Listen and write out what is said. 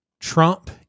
Trump